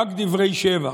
רק דברי שבח.